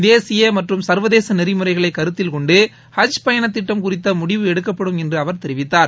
தேசிய மற்றும் சர்வதேச நெறிமுறைகளை கருத்தில் கொண்டு ஹஜ் பயணம் திட்டம் குறித்த முடிவு எடுக்கப்படும் என்று அவர் தெரிவித்தார்